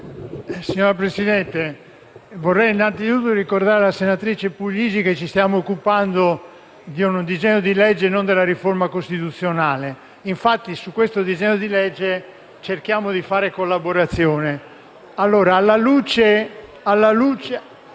Signora Presidente, vorrei innanzitutto ricordare alla senatrice Puglisi che ci stiamo occupando di un disegno di legge e non della riforma costituzionale, infatti sul testo in esame cerchiamo di collaborare. Come ha detto